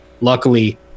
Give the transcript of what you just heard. Luckily